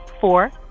four